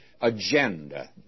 agenda